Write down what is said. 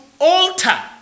alter